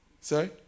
sorry